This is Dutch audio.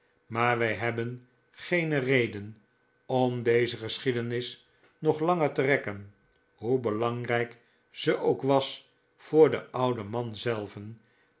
maar wij hebben geene reden om deze geschiedenis nog langer te rekken hoe belangrijk ze ook was voor den ouden man zelven